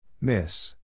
Miss